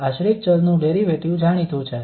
આશ્રિત ચલ નું ડેરિવેટિવ જાણીતું છે